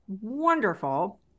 wonderful